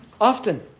often